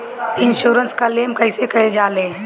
Insurance claim कइसे कइल जा ले?